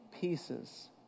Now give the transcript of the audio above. pieces